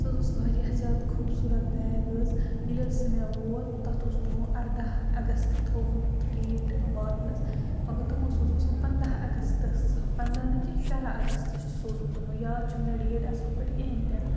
سُہ حَظ اوس واریاہ زیادٕ خوٗبصوٗرت بیگ حَظ ییٚلہِ حَظ سُہ مےٚ ووت تَتھ اوس تمو اَرداہ اَگست تھوٚمُت ڈیٹ واتنَس مگر تمو سوٗزُکھ سُہ پنٛدہ اَگستَس پنٛدہ نہٕ کینٛہہ شُراہ اَگستَس سوٗزُکھ تٕمو یاد چھُم نہٕ ڈیٹ اَصٕل پٲٹھۍ کِہیٖنۍ تہِ نہٕ